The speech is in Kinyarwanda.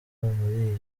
muri